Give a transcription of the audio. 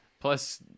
plus